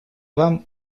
вам